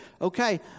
Okay